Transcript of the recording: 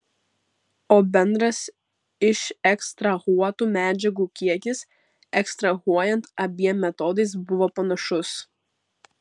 o bendras išekstrahuotų medžiagų kiekis ekstrahuojant abiem metodais buvo panašus